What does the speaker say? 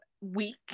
week